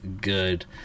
good